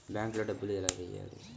బ్యాంక్లో డబ్బులు ఎలా వెయ్యాలి?